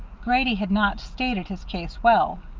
grady had not stated his case well.